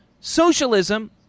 socialism